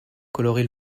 colorie